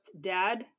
dad